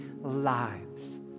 lives